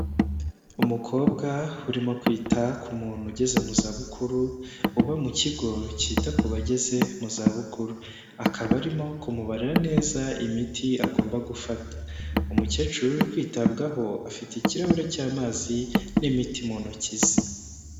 Umukobwa urimo kwita ku muntu ugeze mu za bukuru, uba mu kigo cyita ku bageze mu zabukuru, akaba arimo kumubarira neza imiti agomba gufata, umukecuru uri kwitabwaho, afite ikirahure cy'amazi n'imiti mu ntoki ze.